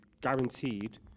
Guaranteed